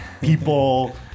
people